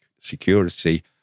security